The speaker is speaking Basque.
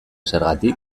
zergatik